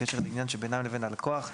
בקשר לעניין שבינם לבין לקוח,